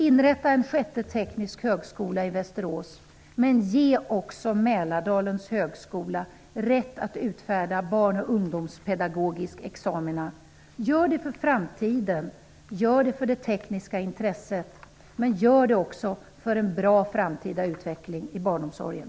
Inrätta en sjätte teknisk högskola i Västerås, men ge också Mälardalens högskola rätt att utfärda barn och ungdomspedagogisk examina. Gör det för framtiden. Gör det för det tekniska intresset, men gör det för en bra framtida utveckling av barnomsorgen.